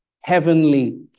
heavenly